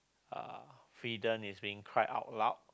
uh freedom is being cried out loud